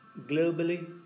globally